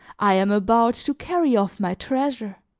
i am about to carry off my treasure.